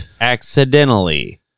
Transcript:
Accidentally